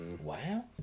Wow